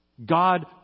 God